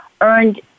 earned